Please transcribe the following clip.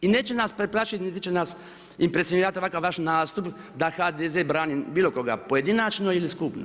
I neće nas preplašiti niti će nas impresionirati ovakav vaš nastup da HDZ brani bilo koga, pojedinačno ili skupno.